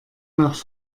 nach